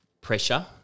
Pressure